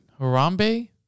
Harambe